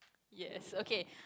yes okay